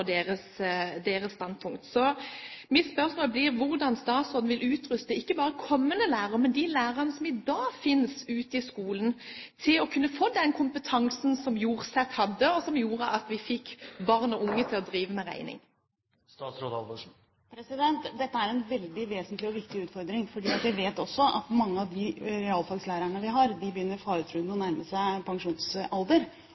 deres standpunkt. Mitt spørsmål blir hvordan statsråden vil utruste ikke bare kommende lærere, men de lærerne som i dag finnes ute i skolen, med den kompetansen som Jorsett hadde, og som gjorde at vi fikk barn og unge til å drive med regning. Dette er en veldig vesentlig og viktig utfordring, for vi vet også at mange av de realfagslærerne vi har, begynner å nærme seg pensjonsalderen faretruende.